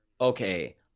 okay